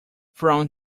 from